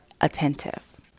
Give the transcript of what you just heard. attentive